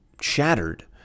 shattered